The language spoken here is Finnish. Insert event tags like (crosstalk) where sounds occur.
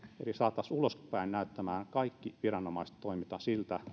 jotta saataisiin ulospäin näyttämään kaikki viranomaistoiminta siltä (unintelligible)